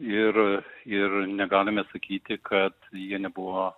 ir ir negalime sakyti kad jie nebuvo